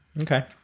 Okay